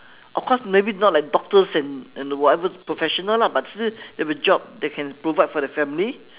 of course maybe not like doctors and and the whatever professional lah but they they have a job they can provide for their family